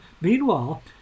Meanwhile